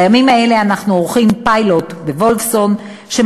בימים האלה אנחנו עורכים בבית-החולים וולפסון פיילוט